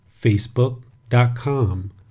Facebook.com